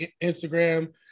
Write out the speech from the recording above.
Instagram